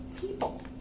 people